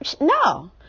no